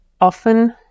Often